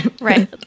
Right